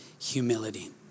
humility